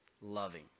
loving